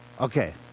okay